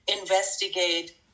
investigate